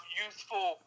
youthful